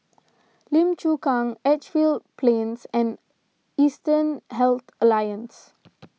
Lim Chu Kang Edgefield Plains and Eastern Health Alliance